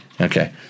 okay